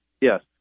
Yes